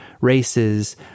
races